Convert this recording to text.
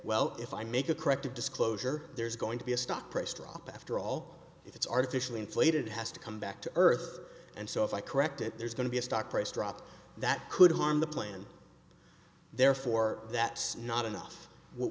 well if i make a corrective disclosure there's going to be a stock price drop after all if it's artificially inflated has to come back to earth and so if i correct it there's going to be a stock price drop that could harm the plan therefore that's not